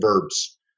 verbs